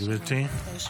בבקשה, גברתי.